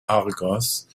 argos